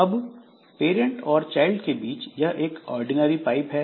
अब पैरंट और चाइल्ड के बीच यह ऑर्डिनरी पाइप है